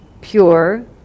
pure